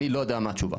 אני לא יודע מה התשובה.